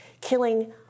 killing